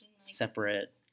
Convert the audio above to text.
separate